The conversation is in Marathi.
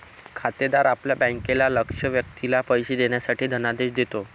खातेदार आपल्या बँकेला लक्ष्य व्यक्तीला पैसे देण्यासाठी धनादेश देतो